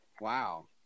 Wow